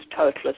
totalist